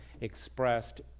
expressed